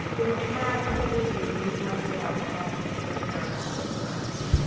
in the past tables were used much more commonly but now not so much.